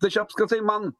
tai čia apskritai man